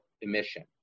emission